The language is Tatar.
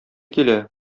килә